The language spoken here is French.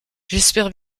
j’espère